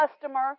customer